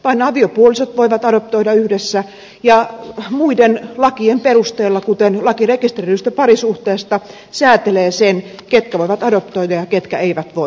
vain aviopuolisot voivat adoptoida yhdessä ja muut lait kuten laki rekisteröidystä parisuhteesta säätelevät sen ketkä voivat adoptoida ja ketkä eivät voi